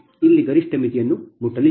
ಇಲ್ಲಿ ಗರಿಷ್ಟ ಮಿತಿ ಮುಟ್ಟಲಿಲ್ಲ